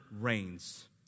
reigns